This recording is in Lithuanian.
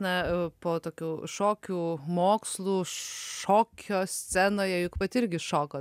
na po tokių šokių mokslų šokio scenoje juk pati irgi šokot